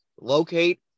locate